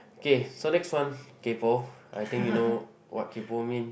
okay so next one kaypoh I think you know what kaypoh mean